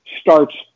starts